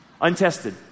Untested